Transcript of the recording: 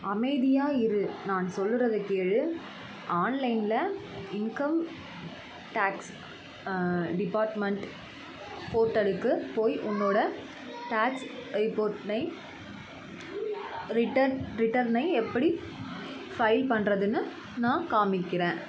அமைதியாக இரு நான் சொல்றதை கேள் ஆன்லைனில் இன்கம் டேக்ஸ் டிபார்ட்மென்ட் போர்டலுக்கு போய் உன்னோட டேக்ஸ் ரிப்போர்ட்டனை ரிட்டர்ன் ரிட்டர்னை எப்படி ஃபைல் பண்ணுறதுன்னு நான் காமிக்கிறேன்